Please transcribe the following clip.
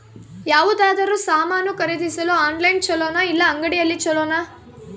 ಯಾವುದಾದರೂ ಸಾಮಾನು ಖರೇದಿಸಲು ಆನ್ಲೈನ್ ಛೊಲೊನಾ ಇಲ್ಲ ಅಂಗಡಿಯಲ್ಲಿ ಛೊಲೊನಾ?